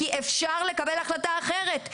כי אפשר לקבל החלטה אחרת.